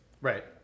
Right